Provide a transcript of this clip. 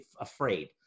afraid